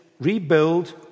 Rebuild